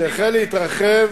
שהחל להתרחב